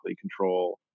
control